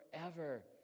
forever